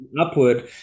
upward